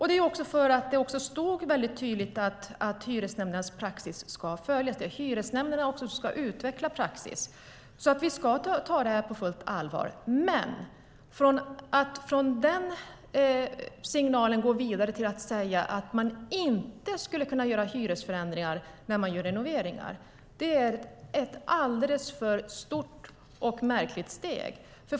Det är också för att det mycket tydligt stod att hyresnämndens praxis ska följas. Det är hyresnämnderna som ska utveckla praxis. Vi ska ta detta på fullt allvar. Men att från denna signal gå vidare till att säga att man inte skulle kunna göra hyresförändringar när man gör renoveringar är ett alldeles för stort och märkligt steg.